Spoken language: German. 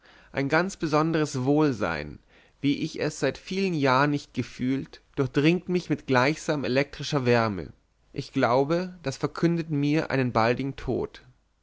ein ganz besonderes wohlsein wie ich es seit vielen jahren nicht gefühlt durchdringt mich mit gleichsam elektrischer wärme ich glaube das verkündet mir einen baldigen tod